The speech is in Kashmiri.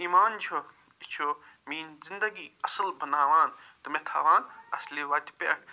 ایمان چھُ یہِ چھُ میٛٲنۍ زندگی اصٕل بناوان تہٕ مےٚ تھاوان اصلہِ وَتہِ پٮ۪ٹھ